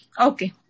Okay